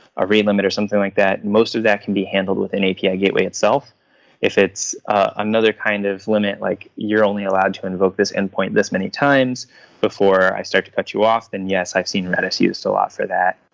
a re-limit or something like that, most of that can be handled with an api gateway itself if it's another kind of limit, like you're only allowed to invoke this endpoint this many times before i start to cut you off, then yes i've seen redis is used a lot for that.